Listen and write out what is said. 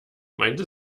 meinte